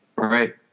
Right